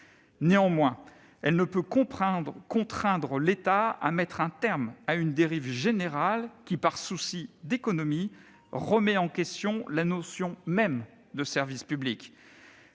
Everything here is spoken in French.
Néanmoins, elle ne peut pas contraindre l'État à mettre un terme à une dérive générale qui, par souci d'économie, remet en question la notion même de service public.